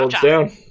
down